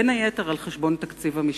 בין היתר על חשבון תקציב המשטרה.